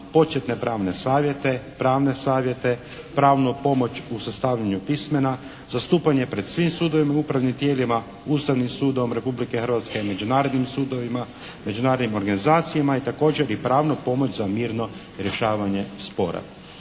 savjete, pravne savjete, pravnu pomoć u sastavljanju pismena, zastupanje pred svim sudovima, upravnim tijelima, Ustavnim sudom Republike Hrvatske, međunarodnim sudovima, međunarodnim organizacijama i također pravnu pomoć za mirno rješavanje spora.